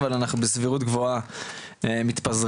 אבל אנחנו בסבירות גבוהה מתפזרים.